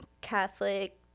Catholic